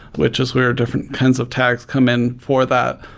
which is where different kinds of tags come in for that.